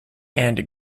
and